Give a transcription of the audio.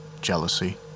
jealousy